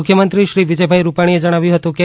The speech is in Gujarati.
મુખ્યમંત્રી શ્રી વિજય રૂપાણીએ જણાવ્યું કે